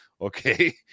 Okay